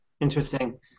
interesting